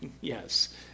Yes